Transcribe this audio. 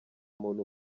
muntu